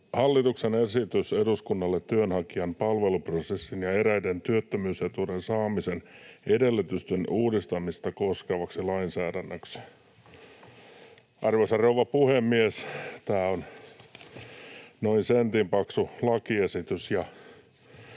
Hallituksen esitys eduskunnalle työnhakijan palveluprosessin ja eräiden työttömyys-etuuden saamisen edellytysten uudistamista koskevaksi lainsäädännöksi Time: 18:50 Content: Kiitos,